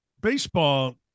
Baseball